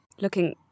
looking